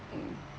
mm